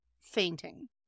fainting